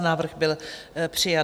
Návrh byl přijat.